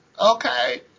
Okay